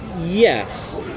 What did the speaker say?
yes